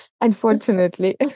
unfortunately